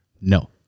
no